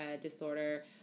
disorder